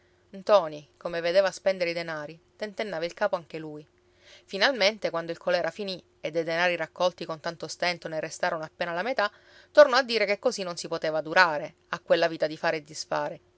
mente ntoni come vedeva spendere i denari tentennava il capo anche lui finalmente quando il colèra finì e dei denari raccolti con tanto stento ne restarono appena la metà tornò a dire che così non si poteva durare a quella vita di fare e disfare